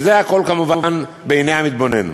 וזה הכול, כמובן, בעיני המתבונן.